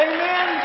Amen